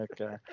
Okay